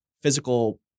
physical